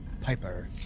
Piper